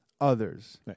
others